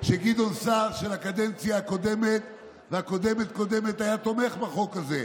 שגדעון סער של הקדנציה הקודמת והקודמת לקודמת היה תומך בחוק הזה.